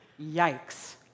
yikes